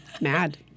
Mad